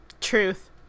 Truth